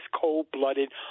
cold-blooded